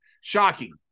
Shocking